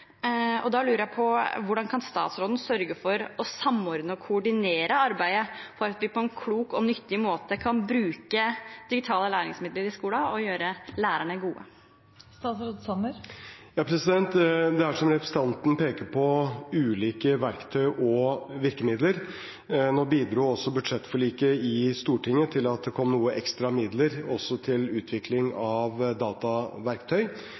og da lurer jeg på: Hvordan kan statsråden sørge for å samordne og koordinere arbeidet for at vi på en klok og nyttig måte kan bruke digitale læringsmidler i skolen og gjøre lærerne gode? Det er, som representanten peker på, ulike verktøy og virkemidler. Nå bidro også budsjettforliket i Stortinget til at det kom noen ekstra midler også til utvikling av dataverktøy,